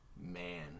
Man